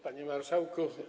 Panie Marszałku!